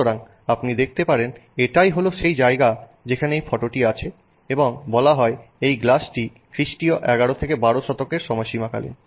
সুতরাং আপনি দেখতে পারেন এটাই হলো সেই জায়গা যেখানে এই ফটোটি আছে এবং বলা হয় যে এই গ্লাসটি খ্রিস্টীয় 11 12 শতকের সময়সীমা কালীন